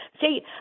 See